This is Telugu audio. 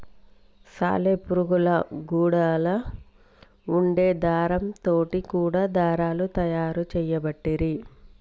సాలె పురుగుల గూడులా వుండే దారం తోటి కూడా దారాలు తయారు చేయబట్టిరి